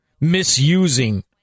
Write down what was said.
misusing